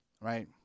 Right